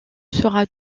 sera